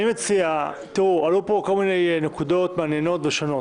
עלו פה כל מיני נקודות מעניינות ושונות.